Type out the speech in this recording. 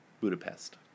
Budapest